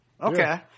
Okay